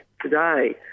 today